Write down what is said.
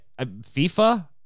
FIFA